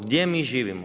Gdje mi živimo?